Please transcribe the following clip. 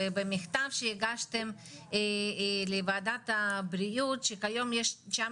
ובמכתב שהגשתם לוועדת הבריאות שכיום יש תשע